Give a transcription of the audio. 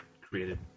created